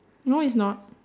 no it's not